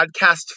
podcast